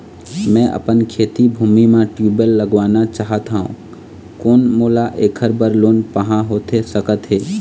मैं अपन खेती भूमि म ट्यूबवेल लगवाना चाहत हाव, कोन मोला ऐकर बर लोन पाहां होथे सकत हे?